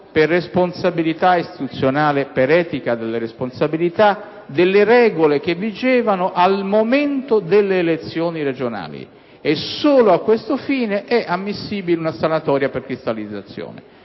per responsabilità istituzionale e per etica delle responsabilità, delle regole che vigevano al momento delle elezioni regionali e, solo a questo fine, è ammissibile una sanatoria per cristallizzazione.